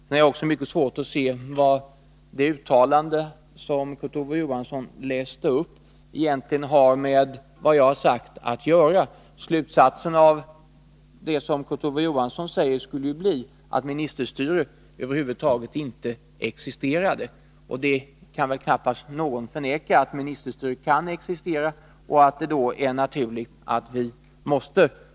Men jag har också mycket svårt att se vad det uttalande som Kurt Ove Johansson läste upp har att göra med det jag har sagt. Slutsatsen av det som Kurt Ove Johansson säger skulle bli att ministerstyre över huvud taget inte existerar! Och att ministerstyre kan existera kan väl knappast någon förneka.